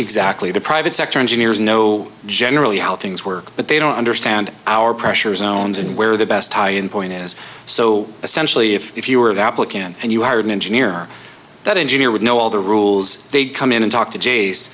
exactly the private sector engineers know generally how things work but they don't understand our pressure zones and where the best tie in point is so essentially if you are an applicant and you are an engineer that engineer would know all the rules they'd come in and talk to